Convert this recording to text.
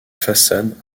façade